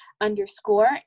underscore